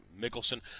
Mickelson